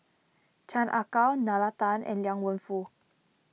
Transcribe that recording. Chan Ah Kow Nalla Tan and Liang Wenfu